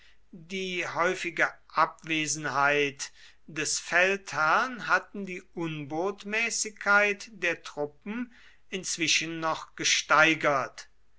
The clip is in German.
die häufige abwesenheit des feldherrn hatten die unbotmäßigkeit der truppen inzwischen noch gesteigert